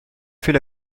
fait